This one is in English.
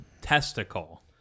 testicle